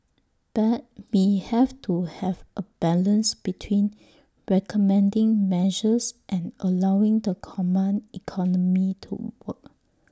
but we have to have A balance between recommending measures and allowing the command economy to work